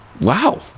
Wow